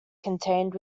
contained